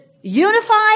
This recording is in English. unified